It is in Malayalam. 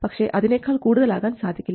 പക്ഷേ അതിനേക്കാൾ കൂടുതൽ ആകാൻ സാധിക്കില്ല